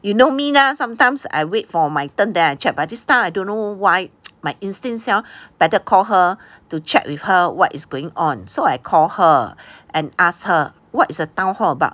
you know me lah sometimes I wait for my turn then I check but just now I don't know why my instincts tell better call her to check with her what is going on so I call her and asked her what is the town hall about